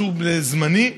משהו זמני.